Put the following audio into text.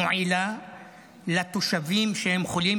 מועילה לתושבים שהם חולים,